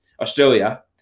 Australia